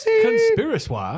Conspiracy